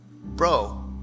bro